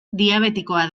diabetikoa